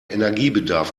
energiebedarf